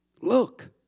Look